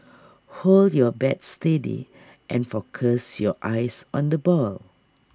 hold your bat steady and focus your eyes on the ball